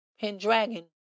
Pendragon